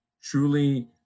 truly